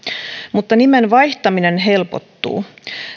mutta nimen vaihtaminen helpottuu